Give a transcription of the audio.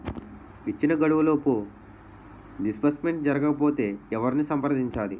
ఇచ్చిన గడువులోపు డిస్బర్స్మెంట్ జరగకపోతే ఎవరిని సంప్రదించాలి?